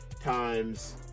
times